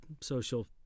social